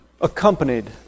accompanied